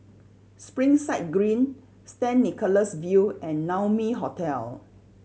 Springside Green Saint Nicholas View and Naumi Hotel